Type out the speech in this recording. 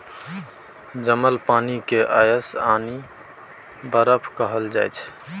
जमल पानि केँ आइस यानी बरफ कहल जाइ छै